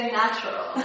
natural